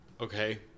okay